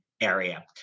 area